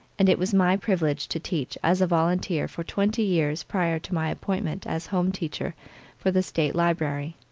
and it was my privilege to teach as a volunteer for twenty years prior to my appointment as home teacher for the state library.